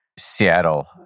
Seattle